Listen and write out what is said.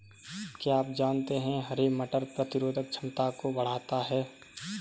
क्या आप जानते है हरे मटर प्रतिरोधक क्षमता को बढ़ाता है?